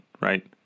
right